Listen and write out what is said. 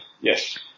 Yes